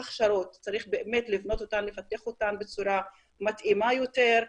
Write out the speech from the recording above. את ההכשרות צריך לבנות ולפתח בצורה מתאימה יותר.